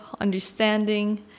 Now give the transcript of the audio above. understanding